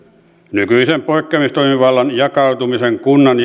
nykyisen poikkeamistoimivallan jakautumisen kunnan